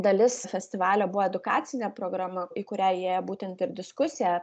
dalis festivalio buvo edukacinė programa į kurią įėjo būtent ir diskusija